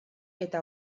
eta